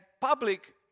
public